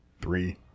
three